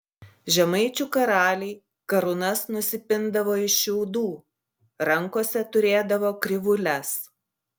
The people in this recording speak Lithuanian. žemaičių karaliai karūnas nusipindavo iš šiaudų rankose turėdavo krivūles